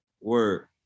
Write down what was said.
Word